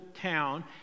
town